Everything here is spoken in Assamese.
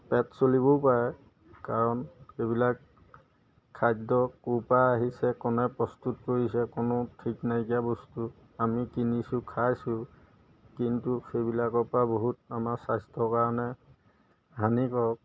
পেট চলিবও পাৰে কাৰণ এইবিলাক খাদ্য ক'ৰপৰা আহিছে কোনে প্ৰস্তুত কৰিছে কোনো ঠিক নাইকিয়া বস্তু আমি কিনিছোঁ খাইছোঁ কিন্তু সেইবিলাকৰপৰা বহুত আমাৰ স্বাস্থ্যৰ কাৰণে হানিকাৰক